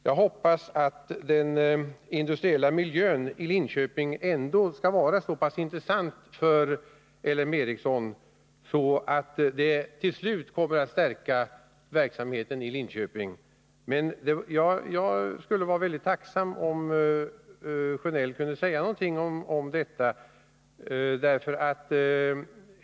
Jag hoppas att den industriella miljön i Linköping skall vara så pass intressant för ÅL M Ericsson att sammanläggningen till slut kommer att stärka verksamheten i Linköping. Men jag skulle vara väldigt tacksam om Bengt Sjönell kunde säga någonting om detta.